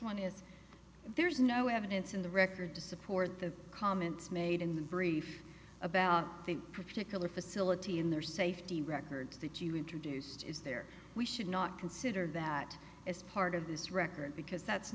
one is there's no evidence in the record to support the comments made in the brief about think particular facility in their safety record that you introduced is there we should not consider that as part of this record because that's